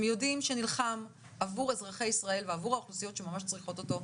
יודעים שנלחם עבור אזרחי ישראל ועבור האוכלוסיות שצריכות אותו ממש.